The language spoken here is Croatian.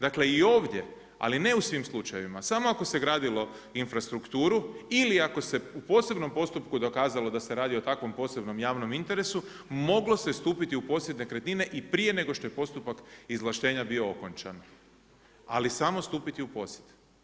Dakle i ovdje ali ne u svim slučajevima, samo ako se gradilo infrastrukturu, ili ako se u posebnom postupku dokazalo da se radi o takvom posebnom javnom interesu, moglo se stupiti u posjed nekretnine i prije nego što je postupak izvlaštenja bio okončan ali samo stupiti u posjed.